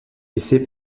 laissé